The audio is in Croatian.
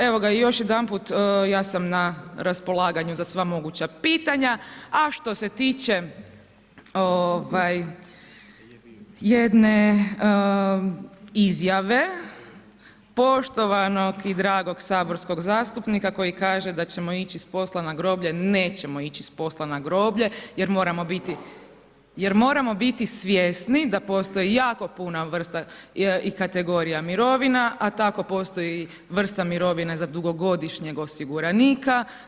Evo ga, još jedanput ja sam na raspolaganju za sva moguća pitanja, a što se tiče jedne izjave poštovanog i dragog saborskog zastupnika koji kaže da ćemo ići s posla na groblje, nećemo ići s posla na groblje jer moramo biti svjesni da postoji jako puno vrsta i kategorija mirovina, a tako postoji i vrsta mirovine za dugogodišnjeg osiguranika.